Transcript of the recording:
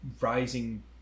rising